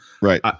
right